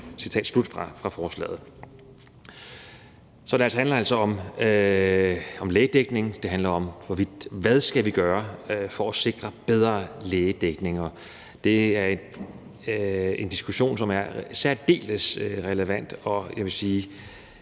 Så det handler altså om lægedækning. Det handler om, hvad vi skal gøre for at sikre bedre lægedækning. Det er en diskussion, som er særdeles relevant, og jeg vil sige,